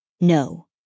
No